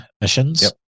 missions